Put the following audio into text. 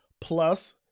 plus